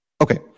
Okay